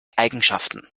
eigenschaften